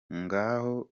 ngaho